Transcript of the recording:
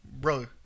Bro